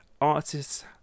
artists